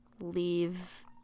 leave